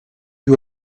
you